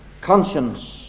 conscience